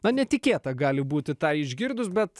na netikėta gali būti tą išgirdus bet